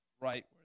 right